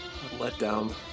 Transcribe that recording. letdown